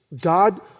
God